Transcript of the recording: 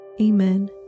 Amen